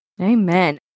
Amen